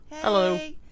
Hello